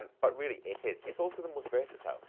and but really it is. it's also the most versatile,